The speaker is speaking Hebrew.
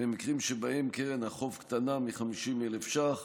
במקרים שבהם קרן החוב קטנה מ-50,000 שקלים.